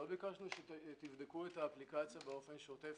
לא ביקשנו שתבדקו את האפליקציה באופן שוטף,